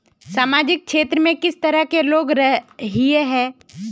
सामाजिक क्षेत्र में किस तरह के लोग हिये है?